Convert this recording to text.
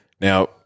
Now